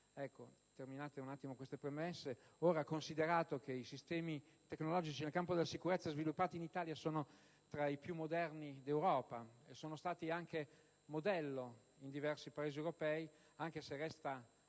Terminate queste premesse, considerato che i sistemi tecnologici nel campo della sicurezza sviluppati in Italia sono tra i più moderni d'Europa e sono stati anche presi a modello in diversi Paesi europei, anche se resta